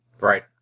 Right